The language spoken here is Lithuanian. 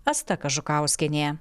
asta kažukauskienė